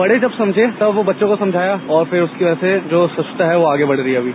बड़े जब समझे तब वो बच्चों को समझाएं और फिर उसकी वजह से स्वच्छता है वो आगे बढ़ गई अभी